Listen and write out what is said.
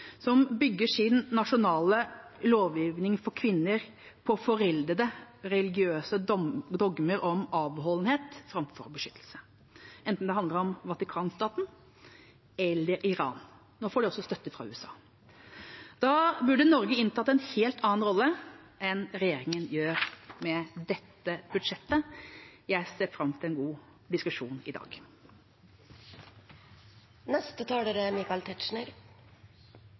som bygger sin nasjonale lovgivning for kvinner på foreldede religiøse dogmer om avholdenhet framfor beskyttelse, enten det handler om Vatikanstaten eller Iran. Nå får de også støtte fra USA. Da burde Norge inntatt en helt annen rolle enn regjeringa gjør med dette budsjettet. Jeg ser fram til en god diskusjon i